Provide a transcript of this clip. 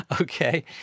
Okay